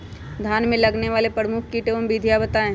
धान में लगने वाले प्रमुख कीट एवं विधियां बताएं?